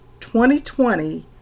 2020